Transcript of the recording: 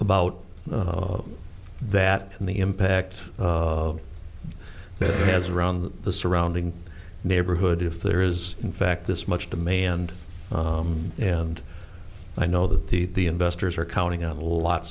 about that and the impact as around the surrounding neighborhood if there is in fact this much demand and i know that the the investors are counting on lots